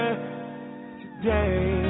today